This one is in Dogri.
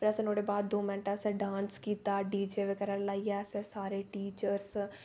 फिर असें दो मैंट असें डांस कीता डीजे बगैरा लाइयै असें सारें बगैरा टीचर्स